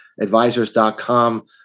advisors.com